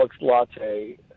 latte